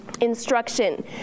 instruction